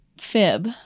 Fib